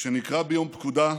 כשנקרא ביום פקודה,